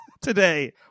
today